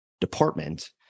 department